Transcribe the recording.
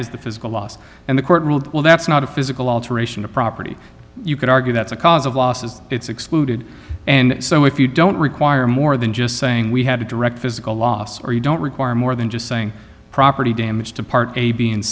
is the physical loss and the court ruled well that's not a physical alteration of property you could argue that's a cause of losses it's excluded and so if you don't require more than just saying we had a direct physical loss or you don't require more than just saying property damage to part a b and